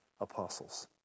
apostles